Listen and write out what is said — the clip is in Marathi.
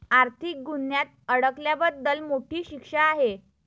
आर्थिक गुन्ह्यात अडकल्याबद्दल मोठी शिक्षा आहे